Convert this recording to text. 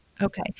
Okay